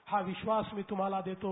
हा विश्वास मी तुम्हाला देतो